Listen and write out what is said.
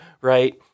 right